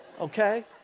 okay